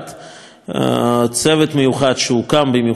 צוות מיוחד שהוקם במיוחד לצורך זה,